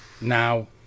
Now